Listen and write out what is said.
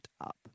up